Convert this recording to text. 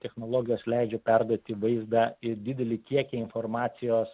technologijos leidžia perduoti vaizdą ir didelį kiekį informacijos